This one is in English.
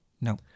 No